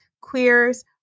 queers